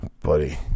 buddy